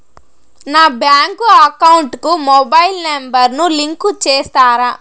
నా bank account కు mobile number ను లింకు చేస్తారా?